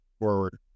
forward